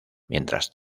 mientras